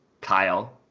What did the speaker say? Kyle